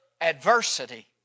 adversity